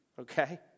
okay